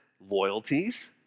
loyalties